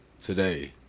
today